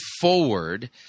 forward